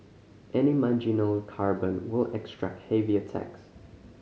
any marginal carbon will attract heavier tax